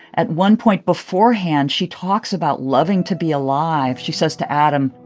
at one point beforehand, she talks about loving to be alive. she says to adam.